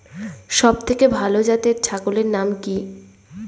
সবথেকে ভালো জাতের ছাগলের নাম কি?